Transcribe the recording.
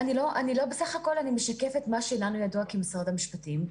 בסך הכול אני משקפת מה שלנו ידוע כמשרד המשפטים.